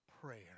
prayer